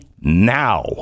now